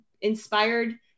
inspired